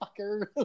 fucker